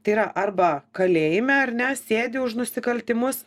tai yra arba kalėjime ar ne sėdi už nusikaltimus